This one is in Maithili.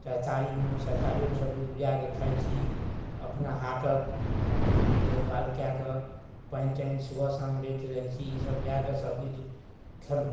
तरकारीमे तरकारिओमे सबकिछु उपजाकऽ खाइ छी अपना हाथके कि बुझलिए देखभाल कऽ कऽ पानि तानि सुबह शाम दैत रहै छी ईसब दऽ कऽ सबकिछु खएलहुँ